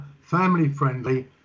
family-friendly